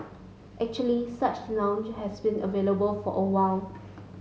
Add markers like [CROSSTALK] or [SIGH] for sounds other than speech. actually such lounge have been available for a while [NOISE]